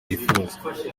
yifuza